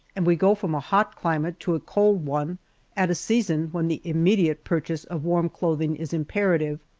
and we go from a hot climate to a cold one at a season when the immediate purchase of warm clothing is imperative,